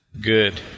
good